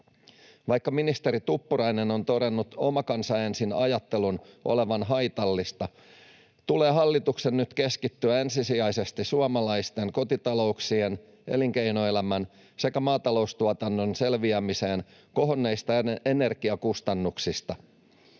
Vaikka ministeri Tuppurainen on todennut oma kansa ensin ‑ajattelun olevan haitallista, tulee hallituksen nyt keskittyä ensisijaisesti suomalaisten kotitalouksien, elinkeinoelämän sekä maataloustuotannon selviämiseen kohonneista energiakustannuksista.